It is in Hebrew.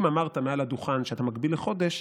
אם אמרת מעל הדוכן שאתה מגביל לחודש,